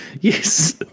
Yes